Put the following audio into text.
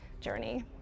journey